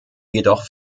jedoch